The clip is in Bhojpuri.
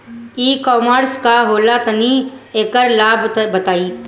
ई कॉमर्स का होला तनि एकर लाभ हानि बताई?